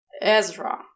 Ezra